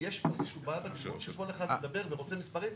יש פה איזשהו בעיה שכל אחד מדבר ורוצה מספרים.